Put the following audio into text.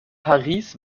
paris